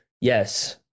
yes